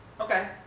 Okay